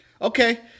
okay